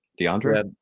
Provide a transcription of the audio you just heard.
deandre